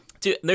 Dude